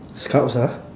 scouts ah